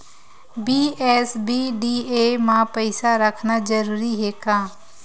BSBDA मा पईसा रखना जरूरी हे का?